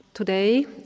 Today